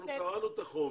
אנחנו קראנו את החומר.